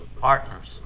partners